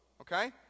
okay